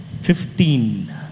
Fifteen